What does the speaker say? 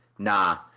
Nah